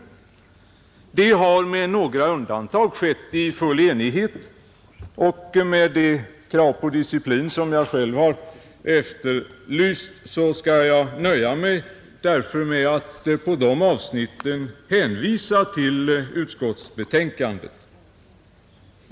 Det har med några undantag skett i full enighet, och med det krav på disciplin som jag själv har efterlyst skall jag därför nöja mig med att på de avsnitten hänvisa till utskottsbetänkandet.